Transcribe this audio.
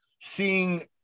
seeing